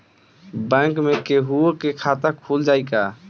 Bank में केहूओ के खाता खुल जाई का?